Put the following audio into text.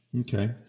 Okay